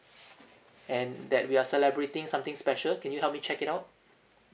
and that we are celebrating something special can you help me check it out